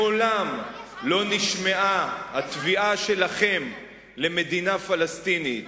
מעולם לא נשמעה התביעה שלכם למדינה פלסטינית,